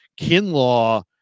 Kinlaw